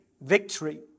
victory